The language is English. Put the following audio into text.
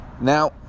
Now